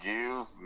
Give